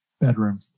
bedroom